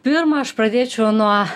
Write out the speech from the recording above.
pirma aš pradėčiau nuo